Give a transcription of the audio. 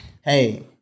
hey